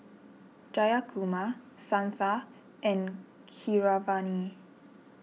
Jayakumar Santha and Keeravani